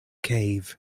cave